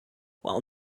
while